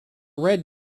red